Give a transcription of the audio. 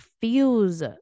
feels